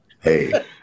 hey